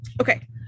Okay